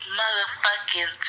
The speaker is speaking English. motherfucking